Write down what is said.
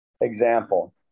example